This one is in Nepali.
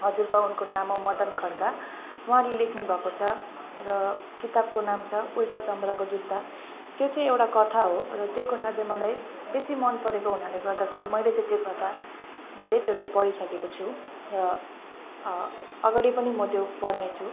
हजुर बाउको नाम हो मदन खड्का उहाँले लेख्नु भएको छ र किताबको नाम छ उल्टा चम्राको जुत्ता त्यो चाहिँ एउटा कथा हो र त्यो कथा चाहिँ मलाई बेसी मन परेको हुनाले गर्दाखेरि मैले चाहिँ त्यो कथा धेरै चोटि पढिसकेको छु र अघाडि पनि म त्यो पढ्ने छु